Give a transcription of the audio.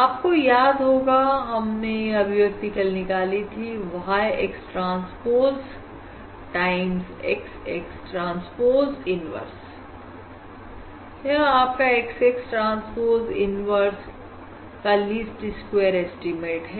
आपको याद होगा हमने यह अभिव्यक्ति कल निकाली थी YX transpose transpose time XX transpose inverse यह आपका XX ट्रांसपोज इन्वर्स का लीस्ट स्क्वेयर एस्टीमेट है